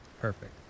Perfect